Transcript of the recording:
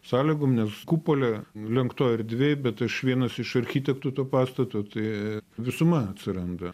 sąlygom nes kupole lenktoj erdvėj bet aš vienas iš architektų to pastato tai visuma atsiranda